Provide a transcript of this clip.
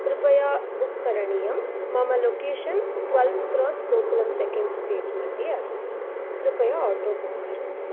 कृपया बुक् करणीयं मम location twelfth cross Gokulam second stage मध्ये अस्मि कृपया आटो बुक् करोतु